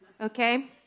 Okay